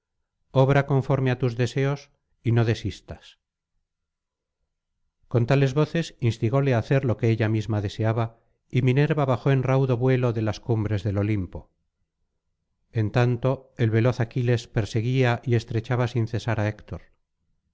obra conforme á tus deseos y no desistas con tales voces instigóle á hacer lo que ella misma deseaba y minerva bajó en raudo vuelo de las cumbres del olimpo en tanto el veloz aquiles perseguía y estrechaba sin cesar á héctor